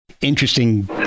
interesting